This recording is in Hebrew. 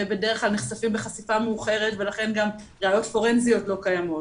ובדרך כלל נחשפים בחשיפה מאוחרת ולכן גם ראיות פורנזיות לא קיימות,